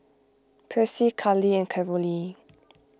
Percy Cali and Carolee